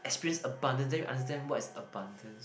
experience abundance then we understand what is abundance